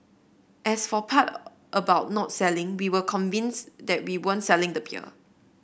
as for part about not selling we were convinced that we weren't selling the peer